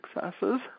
successes